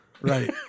right